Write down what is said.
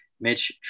Mitch